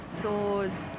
Swords